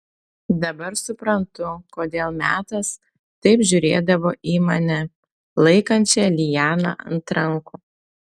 dabar suprantu kodėl metas taip žiūrėdavo į mane laikančią lianą ant rankų